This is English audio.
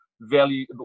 value